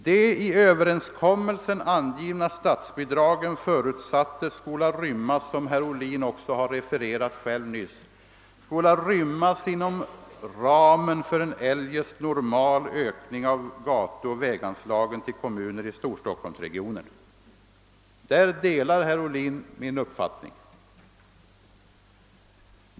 De i överenskommelsen angivna statsbidragen förutsattes skola rymmas, som herr Ohlin själv här refererat, inom ramen för en eljest normal ökning av gatuoch väganslagen till kommuner i Storstockholmsregionen. Där delar herr Ohlin min uppfattning.